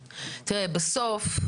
בסוף,